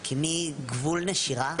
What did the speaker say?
כי מגבול נשירה,